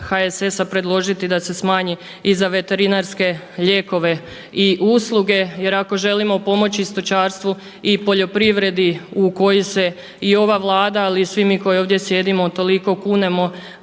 HSS-a predložiti da se smanji i za veterinarske lijekove i usluge jer ako želimo pomoći stočarstvu i poljoprivredi u koju se i ova Vlada, ali i svi mi koji sjedimo toliko kunemo